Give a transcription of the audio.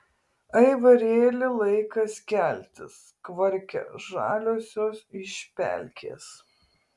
aivarėli laikas keltis kvarkia žaliosios iš pelkės